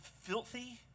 filthy